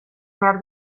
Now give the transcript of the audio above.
behar